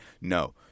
No